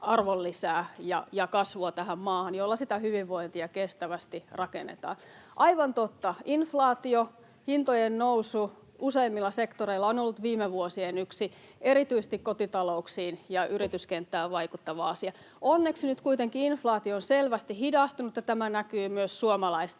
arvonlisää ja kasvua tähän maahan, joilla sitä hyvinvointia kestävästi rakennetaan. Aivan totta, inflaatio, hintojen nousu, useimmilla sektoreilla on ollut viime vuosien yksi erityisesti kotitalouksiin ja yrityskenttään vaikuttava asia. Onneksi nyt kuitenkin inflaatio on selvästi hidastunut, ja tämä näkyy myös suomalaisten